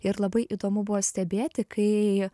ir labai įdomu buvo stebėti kai